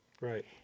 Right